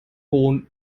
bohnen